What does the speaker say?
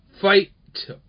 Fight